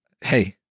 Hey